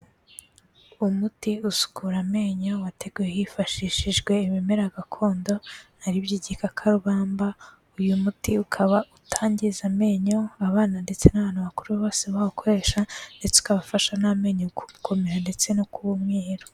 Umuti usukura amenyo wateguwe hifashishijwe ibimera gakondo, ari byo igikakarubamba, uyu muti ukaba utangiza amenyo, abana ndetse n'abantu bakuru bose bawukoresha ndetse ukaba ufasha n'amenyo gukomera ndetse no kuba umweru.